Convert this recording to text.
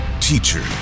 Teacher